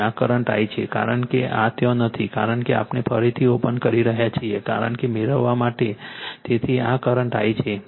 આ current I છે કારણ કે આ ત્યાં નથી કારણ કે આપણે ફરીથી ઓપન કરી રહ્યા છીએ કારણ કે મેળવવા માટે તેથી આ કરંટ I છે